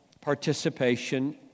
participation